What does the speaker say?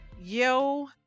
Yo